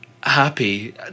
happy